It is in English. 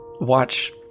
watch